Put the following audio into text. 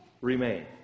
remain